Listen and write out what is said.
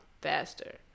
faster